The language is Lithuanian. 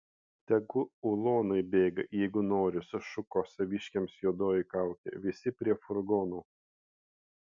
tegu ulonai bėga jeigu nori sušuko saviškiams juodoji kaukė visi prie furgonų